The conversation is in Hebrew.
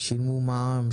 שילמו מע"מ,